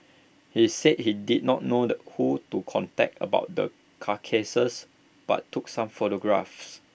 he said he did not know the who to contact about the carcasses but took some photographs